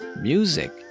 music